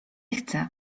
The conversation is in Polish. chcę